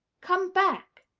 come back!